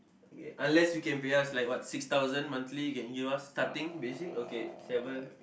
ya unless you can pay us like what six thousand monthly can give us starting basic okay seven